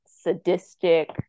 sadistic